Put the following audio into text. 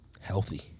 healthy